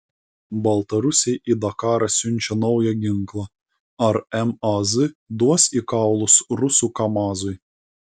baltarusiai į dakarą siunčia naują ginklą ar maz duos į kaulus rusų kamazui